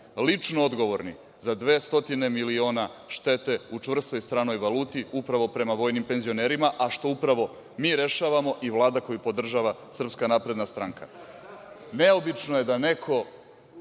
lično odgovorni za 200 miliona štete u čvrstoj stranoj valuti, upravo prema vojnim penzionerima, a što upravo mi rešavamo i Vlada koju podržava Srpska napredna stranka. Neobično je da neko